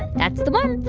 that's the one.